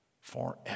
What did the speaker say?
forever